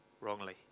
wrongly